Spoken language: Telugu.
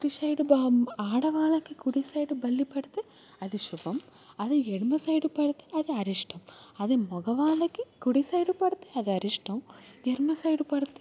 కుడి సైడ్ ఆడవాళ్ళకి కుడి సైడు బల్లి పడితే అది శుభం అదే ఎడమ సైడు పడితే అది అరిష్టం అదే మగవాళ్ళకి కుడి సైడు పడితే అది అరిష్టం ఎడమ సైడు పడితే